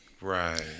Right